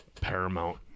Paramount